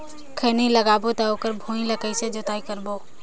खैनी लगाबो ता ओकर भुईं ला कइसे जोताई करबो?